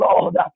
Lord